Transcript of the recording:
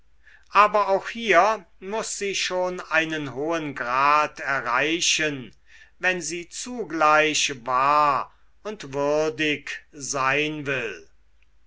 aber auch hier muß sie schon einen hohen grad erreichen wenn sie zugleich wahr und würdig sein will